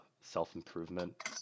self-improvement